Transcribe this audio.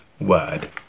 word